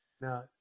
Now